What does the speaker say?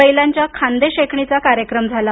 बैलाच्या खांदे शेकणीचा कार्यक्रम झाला